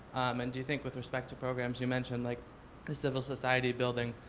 and do you think with respect to programs you mentioned like the civil society building,